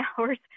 hours